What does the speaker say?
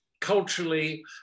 culturally